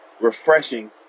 refreshing